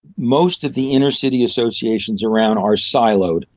most of the inner city associations around are siloed.